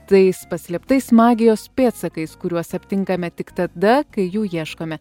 tais paslėptais magijos pėdsakais kuriuos aptinkame tik tada kai jų ieškome